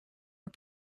are